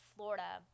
Florida